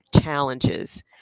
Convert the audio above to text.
challenges